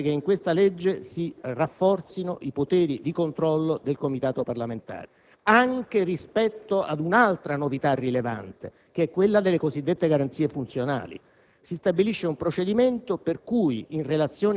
Infine, è importante che in questo disegno di legge si rafforzino i poteri di controllo del Comitato parlamentare anche rispetto ad un'altra novità rilevante, che è quella delle cosiddette garanzie funzionali.